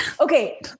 okay